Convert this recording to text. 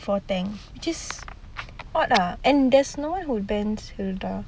or tank just odd ah and there's no one who'd ban hilda